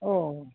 অঁ